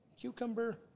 cucumber